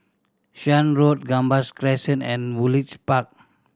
Shan Road Gambas Crescent and Woodleigh Park